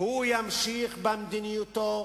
לא מאוד דומים,